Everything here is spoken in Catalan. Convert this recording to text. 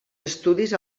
estudis